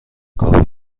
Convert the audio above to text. کابین